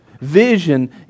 Vision